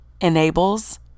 enables